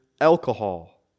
alcohol